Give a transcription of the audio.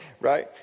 right